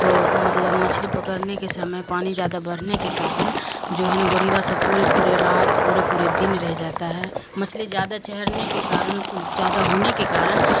تو مطلب مچھلی پکڑنے کے سمے پانی زیادہ بڑھنے کے کارن جو ہے ن غریبا سب پورے پورے رات پورے پورے دن رہ جاتا ہے مچھلی زیادہ چہرنے کے کارن جیادہ ہونے کے کارن